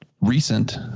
Recent